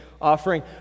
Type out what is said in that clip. offering